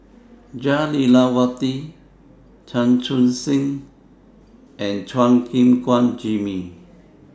Jah Lelawati Chan Chun Sing and Chua Gim Guan Jimmy